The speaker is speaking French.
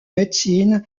médecine